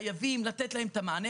חייבים לתת להם את המענה,